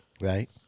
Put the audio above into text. Right